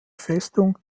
festung